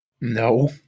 No